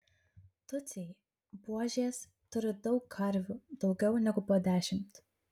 tutsiai buožės turi daug karvių daugiau negu po dešimt